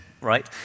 right